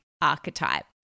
archetype